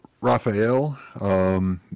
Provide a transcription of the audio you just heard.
Raphael